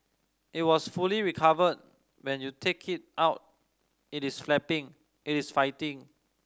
it has fully recovered when you take it out it is flapping it is fighting